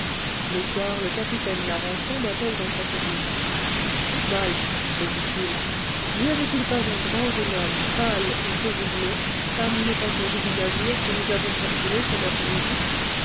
le soir le capitaine larençon m'appelle dans sa cabine mike me dit-il n'y avait-il pas un grand jeune homme pâle aux cheveux blonds parmi les passagers du navire que nous avons capturé cette après-midi